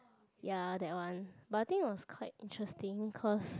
ya that one but I think it was quite interesting cause